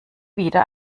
wieder